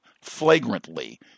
flagrantly